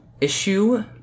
issue